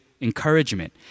encouragement